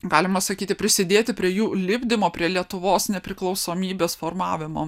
galima sakyti prisidėti prie jų lipdymo prie lietuvos nepriklausomybės formavimo